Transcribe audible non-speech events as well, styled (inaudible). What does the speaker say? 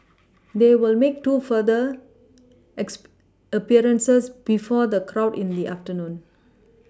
(noise) they will make two further X appearances before the crowd in they (noise) afternoon